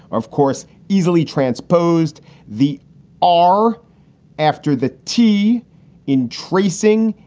of course, easily transposed the r after the t in tracing.